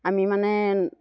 আমি মানে